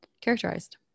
characterized